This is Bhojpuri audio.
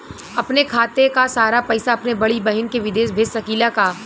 अपने खाते क सारा पैसा अपने बड़ी बहिन के विदेश भेज सकीला का?